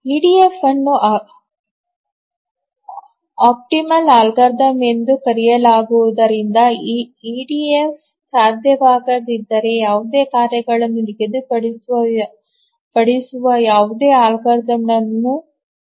EDF ಅನ್ನು optimal algorithm ಎಂದು ಕರೆಯಲಾಗುವುದರಿಂದ ಇಡಿಎಫ್ಗೆ ಸಾಧ್ಯವಾಗದಿದ್ದರೆ ಯಾವುದೇ ಕಾರ್ಯಗಳನ್ನು ನಿಗದಿಪಡಿಸುವ ಯಾವುದೇ ಅಲ್ಗಾರಿದಮ್ ಇರಬಾರದು